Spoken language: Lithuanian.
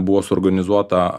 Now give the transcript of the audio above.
buvo suorganizuota